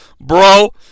bro